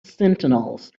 sentinels